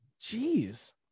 Jeez